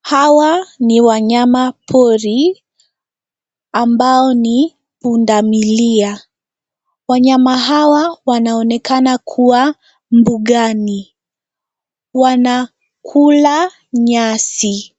Hawa ni wanyama pori ambao ni punda milia ,wanyama hawa wanaonekana kuwa mbugani wanakula nyasi